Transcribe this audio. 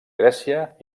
grècia